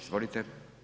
Izvolite.